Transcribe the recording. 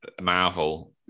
Marvel